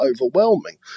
overwhelming